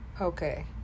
Okay